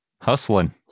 Hustling